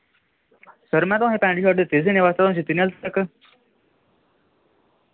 hello कुन Ram sir बोल्ला दे सर में तुसेंगी पैंट शर्ट दित्ते हे सीनैं बैस्तै तुसैं सीते नी अज़ैं तक्कर